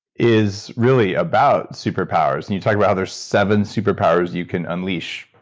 is really about superpowers. and you talk about how there's seven superpowers you can unleash.